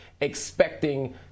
expecting